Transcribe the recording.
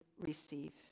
receive